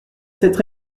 cette